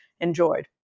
enjoyed